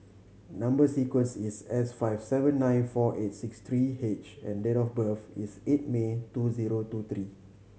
number sequence is S five seven nine four eight six three H and date of birth is eight May two zero two three